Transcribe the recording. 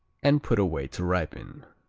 and put away to ripen.